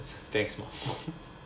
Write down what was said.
thanks for more